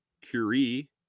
Curie